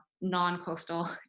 non-coastal